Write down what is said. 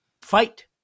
fight